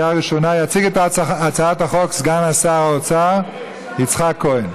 יציג את הצעת החוק סגן שר האוצר יצחק כהן.